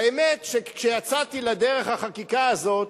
האמת, שכשיצאתי לדרך עם החקיקה הזאת